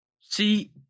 See